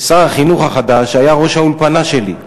שר החינוך החדש היה ראש האולפנה שלי.